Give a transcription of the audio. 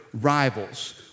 rivals